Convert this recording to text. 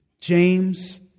James